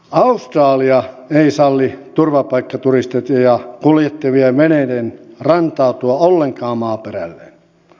australia ei salli turvapaikkaturisteja kuljettavien veneiden rantautua ollenkaan maaperälleen